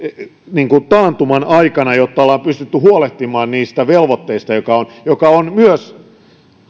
taantuman aikana jotta ollaan pystytty huolehtimaan niistä velvoitteista mikä myös on